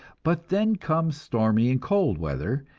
but then comes stormy and cold weather,